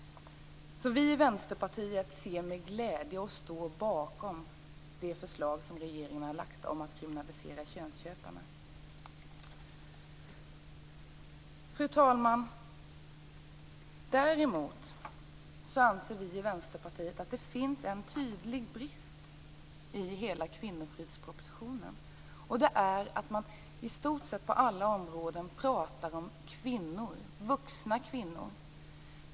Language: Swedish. Vi i Vänsterpartiet ser därför med glädje på, och står bakom, det förslag som regeringen har lagt fram om att kriminalisera könsköparna. Fru talman! Däremot anser vi i Vänsterpartiet att det finns en tydlig brist i hela kvinnofridspropositionen. Det är att man i stort sett på alla områden pratar om kvinnor, vuxna kvinnor.